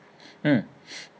mm